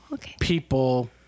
people